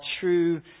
true